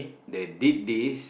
they did this